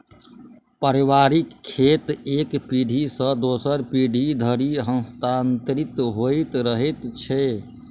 पारिवारिक खेत एक पीढ़ी सॅ दोसर पीढ़ी धरि हस्तांतरित होइत रहैत छै